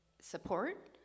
support